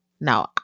no